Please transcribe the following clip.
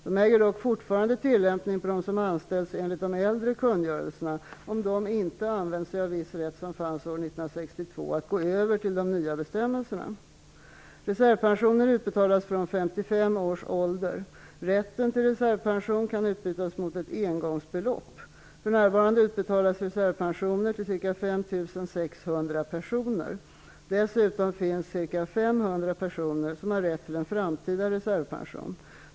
De äger dock fortfarande tillämpning på dem som anställts enligt de äldre kungörelserna om de inte använt sig av viss rätt som fanns år 1962 att gå över till de nya bestämmelserna. Rätten till reservpension kan utbytas mot ett engångsbelopp. För närvarande utbetalas reservpensioner till ca 5 600 personer. Dessutom finns ca 500 personer som har rätt till en framtida reservpension.